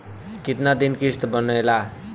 कितना दिन किस्त बनेला?